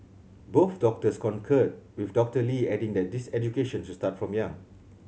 both doctors concurred with Doctor Lee adding that this education should start from young